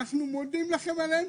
אנו מודים לכם עליהם.